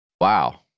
wow